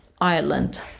Ireland